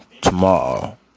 tomorrow